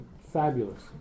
fabulous